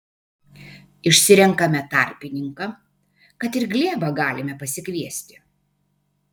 išsirenkame tarpininką kad ir glėbą galime pasikviesti